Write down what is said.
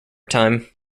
time